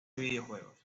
videojuegos